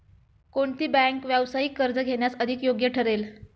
कोणती बँक व्यावसायिक कर्ज घेण्यास अधिक योग्य ठरेल?